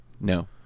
No